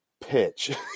Pitch